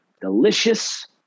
delicious